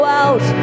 out